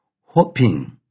hoping